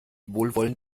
wohlwollend